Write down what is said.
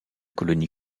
colonie